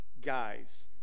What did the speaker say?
guys